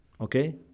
Okay